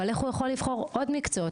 אבל איך הוא יכול לבחור עוד מקצועות,